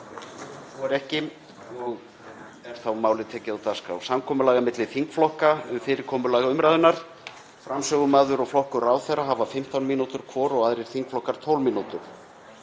Svo er ekki og er málið tekið á dagskrá. Samkomulag er milli þingflokka um fyrirkomulag umræðunnar. Framsögumaður og flokkur ráðherra hafa 15 mínútur hvor og aðrir þingflokkar 12 mínútur.